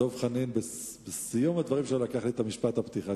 דב חנין בסיום דבריו לקח לי את משפט הפתיחה